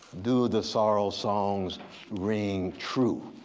do the sorrow songs ring true